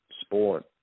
sport